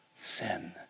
sin